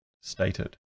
stated